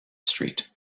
street